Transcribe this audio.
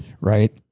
right